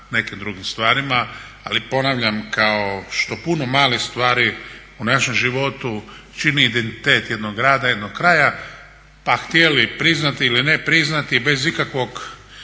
nekim drugim stvarima. Ali ponavljam, kao što puno malih stvari u našem životu čini identitet jednog rada, jednog kraja pa htjeli priznati ili ne priznati bez ikakvog